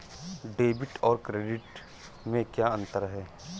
Debit और credit में क्या अंतर है?